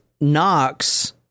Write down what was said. Knox